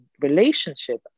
relationship